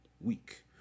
week